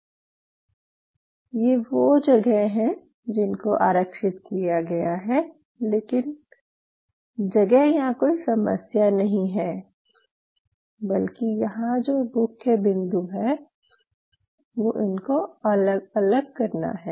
तो ये वो जगह हैं जिनको आरक्षित किया गया है लेकिन जगह यहाँ कोई समस्या नहीं है बल्कि यहाँ जो मुख्य बिंदु है वो इनको अलग अलग करना है